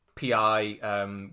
PI